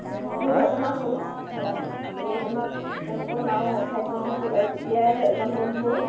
দুৰ্ঘটনা হ'ল দুৰ্ঘটনাত তেওঁলোকৰ নাও এঠাইত বন্দী হ'ল আৰু তেতিয়াই এজন বন্ধুৰ